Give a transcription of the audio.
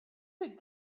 could